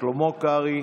שלמה קרעי,